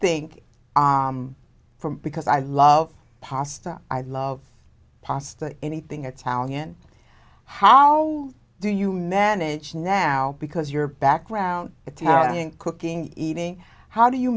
think from because i love pasta i love pasta anything at tallinn how do you manage now because your background italian cooking eating how do you